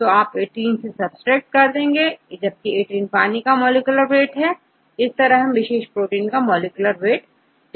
तो आप 18 से सबट्रैक्ट करेंगे क्योंकि18 पानी का मॉलिक्यूलर वेट है अब हम किसी विशेष प्रोटीन का मॉलिक्यूलर वेट देखेंगे